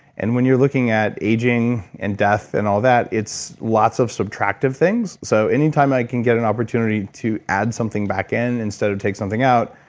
and when you're looking at aging, and death, and all that, it's lots of subtractive things so, anytime i can get an opportunity to add something back in instead of take something out,